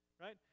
right